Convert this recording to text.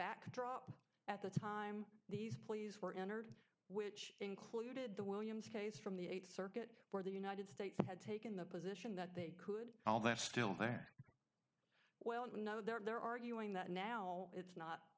backdrop at the time these pleas were entered which included the williams case from the eighth circuit where the united states had taken the position that they could all that's still there well no they're arguing that now it's not